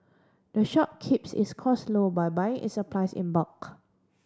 the shop keeps its cost low by buying its supplies in bulk